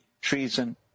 treason